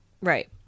Right